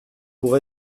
pour